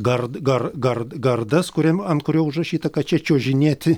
gar gar gar gardas kuriam ant kurio užrašyta kad čia čiuožinėti